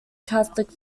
catholic